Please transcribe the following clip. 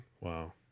wow